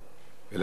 אחריו,